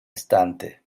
estante